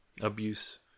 Abuse